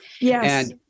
Yes